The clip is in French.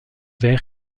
vers